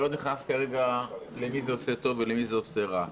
אני לא נכנס כרגע לשאלה למי זה עושה טוב ולמי זה עושה רע.